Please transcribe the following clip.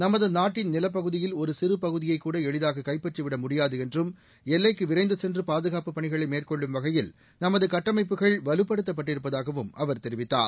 நமது நாட்டின் நிலப்பகுதியில் ஒரு சிறு பகுதியைக் கூட எளிதாக கைப்பற்றிவிட முடியாது என்றும் எல்லைக்கு விரைந்து சென்று பாதுகாப்புப் பணிகளை மேற்கொள்ளும் வகையில் நமது கட்டமைப்புகள் வலுப்படுத்தப்பட்டிருப்பதாகவும் அவர் தெரிவித்தார்